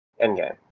Endgame